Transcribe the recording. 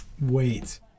wait